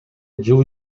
жыл